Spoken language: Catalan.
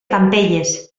campelles